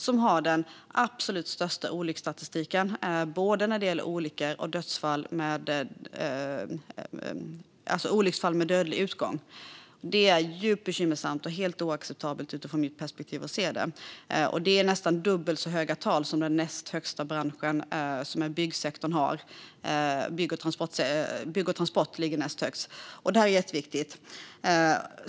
De ligger absolut sämst till i olycksstatistiken när det gäller både olyckor och olycksfall med dödlig utgång. Det är djupt bekymmersamt och helt oacceptabelt. Det är nästan dubbelt så höga tal som i den bransch, bygg och transport, som har de näst högsta talen. Det är jätteviktigt.